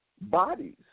bodies